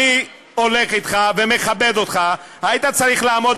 אני הולך אתך ומכבד אותך: היית צריך לעמוד